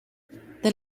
then